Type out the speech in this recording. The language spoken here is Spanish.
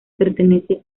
pertenece